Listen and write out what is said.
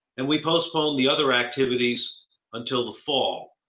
and we postponed the other activities until the fall,